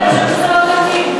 שזה לא תקין.